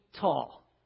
tall